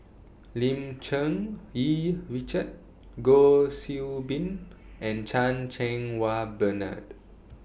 Lim Cherng Yih Richard Goh Qiu Bin and Chan Cheng Wah Bernard